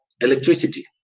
electricity